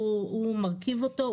הוא מרכיב אותו,